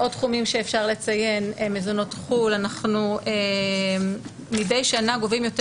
עוד תחומים שאפשר לציין: מזונות חו"ל אנחנו מדי שנה גובים יותר